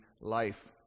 life